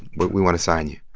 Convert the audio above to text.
but we want to sign you.